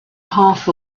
half